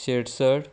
Shirsat